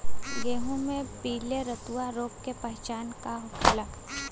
गेहूँ में पिले रतुआ रोग के पहचान का होखेला?